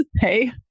Hey